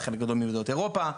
חלק גדול ממדינות אירופה,